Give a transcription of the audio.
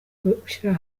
gushyira